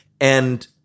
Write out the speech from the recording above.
And-